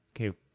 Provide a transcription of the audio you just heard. Okay